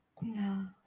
no